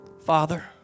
Father